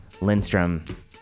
Lindstrom